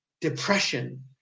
depression